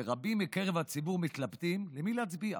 ורבים מקרב הציבור מתלבטים למי להצביע.